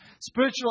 spiritual